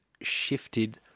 shifted